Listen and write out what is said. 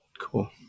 cool